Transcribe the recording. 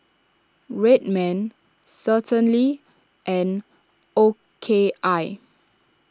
Red Man Certainly and O K I